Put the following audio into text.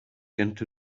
into